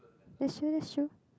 that's true that's true